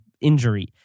injury